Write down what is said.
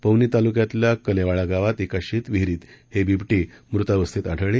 पौनी तालुक्यातल्या कलेवाळा गावात एका शेतविहरीत हे बिबटे मृतावस्थेत आढळले